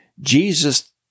jesus